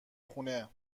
خونه